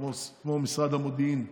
כמו משרד המודיעין.